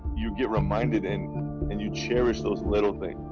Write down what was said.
you get reminded and and you cherish those little things.